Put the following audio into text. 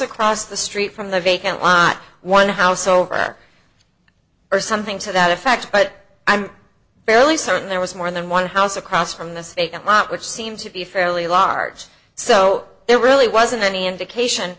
across the street from the vacant lot one house over or something to that effect but i'm fairly certain there was more than one house across from the state lot which seems to be fairly large so there really wasn't any indication